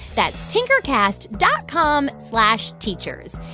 that's tinkercast dot com slash teachers.